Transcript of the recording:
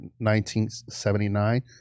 1979